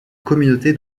communauté